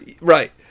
right